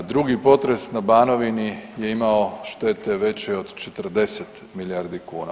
Drugi potres na Banovini je imao štete veće od 40 milijardi kuna.